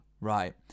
right